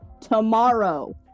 tomorrow